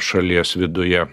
šalies viduje